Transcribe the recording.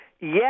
Yes